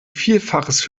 vielfaches